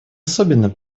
особенно